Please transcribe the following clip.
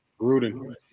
Gruden